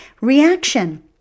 reaction